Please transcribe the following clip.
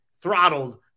throttled